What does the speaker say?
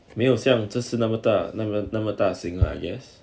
没有像这次那么大那么那么大型 lah I guess